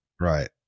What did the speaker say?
Right